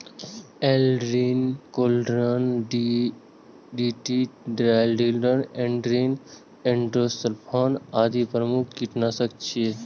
Aldrin, chlordane, DDT, dieldrin, endrin, endosulfan आदि प्रमुख कीटनाशक छियै